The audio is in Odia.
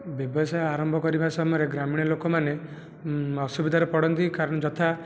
ବ୍ୟବସାୟ ଆରମ୍ଭ କରିବା ସମୟରେ ଗ୍ରାମୀଣ ଲୋକମାନେ ଅସୁବିଧାରେ ପଡ଼ନ୍ତି କାରଣ ଯଥା